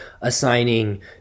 assigning